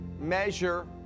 measure